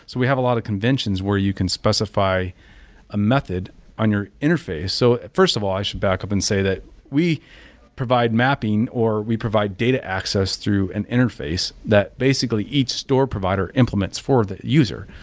so we have a lot of conventions where you can specify a method on your interface so first of all, i should back up and say that we provide mapping or we provide data access through an interface that basically each store provider implements for the user.